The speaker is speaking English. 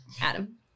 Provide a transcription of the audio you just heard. Adam